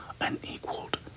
unequaled